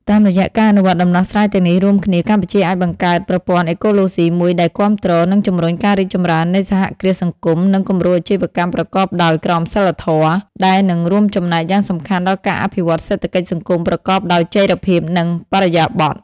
តាមរយៈការអនុវត្តដំណោះស្រាយទាំងនេះរួមគ្នា កម្ពុជាអាចបង្កើតប្រព័ន្ធអេកូឡូស៊ីមួយដែលគាំទ្រ និងជំរុញការរីកចម្រើននៃសហគ្រាសសង្គម និងគំរូអាជីវកម្មប្រកបដោយក្រមសីលធម៌ ដែលនឹងរួមចំណែកយ៉ាងសំខាន់ដល់ការអភិវឌ្ឍសេដ្ឋកិច្ចសង្គមប្រកបដោយចីរភាព និងបរិយាបន្ន ។